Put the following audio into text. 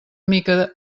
mica